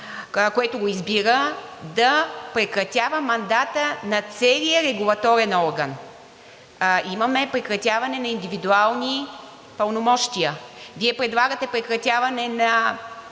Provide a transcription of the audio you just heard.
което го избира, да прекратява мандата на целия регулаторен орган. Имаме прекратяване на индивидуални пълномощия. Вие предлагате прекратяване на